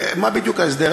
מה בדיוק ההסדר?